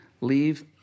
leave